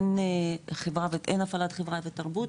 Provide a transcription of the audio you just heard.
אין הפעלת חברה ותרבות,